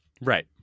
Right